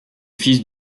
fils